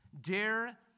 dare